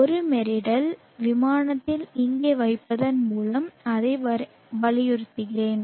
ஒரு மெரிடல் விமானத்தை இங்கே வைப்பதன் மூலம் அதை வலியுறுத்துகிறேன்